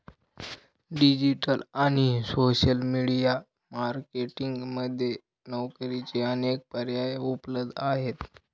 digital आणि social media marketing मध्ये नोकरीचे अनेक पर्याय उपलब्ध आहेत